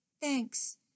Thanks